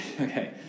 Okay